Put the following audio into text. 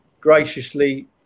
graciously